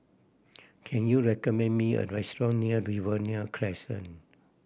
can you recommend me a restaurant near Riverina Crescent